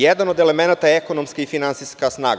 Jedan od elemenata je ekonomska i finansijska snaga.